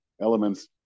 elements